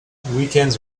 weekends